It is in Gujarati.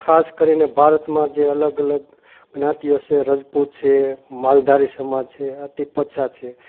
ખાસ કરીને ભારતમાં જે અલગ અલગ જ્ઞાતિઓ છે રજપૂત છે માલધારી સમાજ છે અતિ પછાત છે